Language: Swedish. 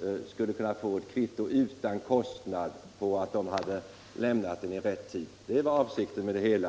De skulle utan kostnad kunna få ett kvitto på att de lämnat deklarationen i rätt tid.